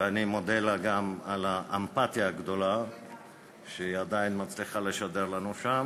ואני מודה לה גם על האמפתיה הגדולה שהיא עדיין מצליחה לשדר לנו שם,